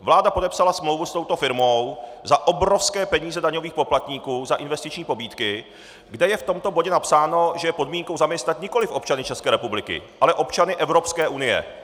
Vláda podepsala smlouvu s touto firmou za obrovské peníze daňových poplatníků, za investiční pobídky, kde je v tomto bodě napsáno, že je podmínkou zaměstnat nikoliv občany České republiky, ale občany Evropské unie.